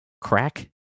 Crack